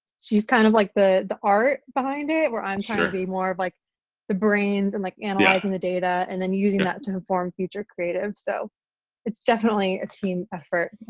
she's kind of like the the art behind it where i'm trying to be more of like the brains and like and ah analysing the data and then using that to inform future creative. so it's definitely a team effort.